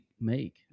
make